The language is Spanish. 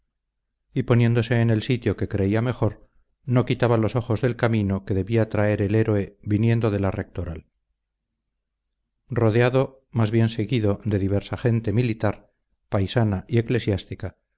y poniéndose en el sitio que creía mejor no quitaba los ojos del camino que debía traer el héroe viniendo de la rectoral rodeado más bien seguido de diversa gente militar paisana y eclesiástica